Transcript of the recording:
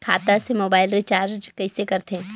खाता से mobile recharge कइसे करथे